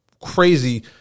crazy